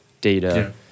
data